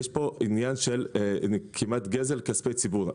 יש פה עניין של כמעט גזל כספי ציבור.